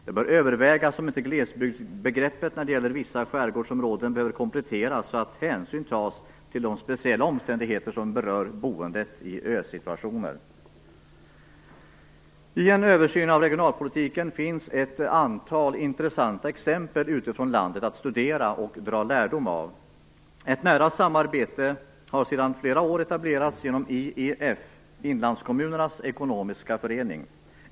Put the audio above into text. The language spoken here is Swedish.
Det bör övervägas om inte glesbygdsbegreppet när det gäller vissa skärgårdsområden behöver kompletteras så att hänsyn tas till de speciella omständigheter som berör boendet i ö-situationer. I en översyn av regionalpolitiken finns ett antal intressanta exempel utifrån landet att studera och dra lärdom av. Ett nära samarbete etablerades för flera år sedan genom IEF, Inlandskommunernas Ekonomiska Förening.